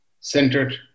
centered